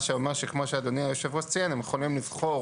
מה שאומר שכמו שאדוני היו"ר ציין הם יכולים לבחור